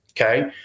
okay